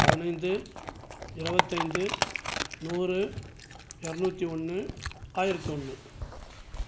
பதினைந்து இருவத்தைந்து நூறு இரநூத்தி ஒன்று ஆயிரத்து ஒன்று